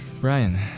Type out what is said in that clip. Brian